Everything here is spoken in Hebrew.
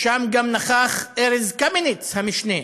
ונכח שם גם ארז קמיניץ, המשנה.